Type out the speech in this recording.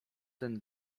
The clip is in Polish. ten